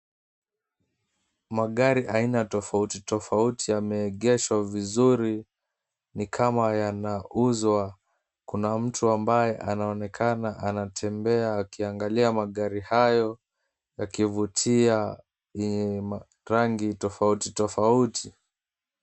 Magari aina tofauti tofauti yameegeshwa vizuri ni kama yanauzwa. Kuna mtu ambaye anaonekana anatembea akiangalia magari hayo yakivutia yenye rangi tofauti tofauti.